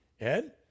Ed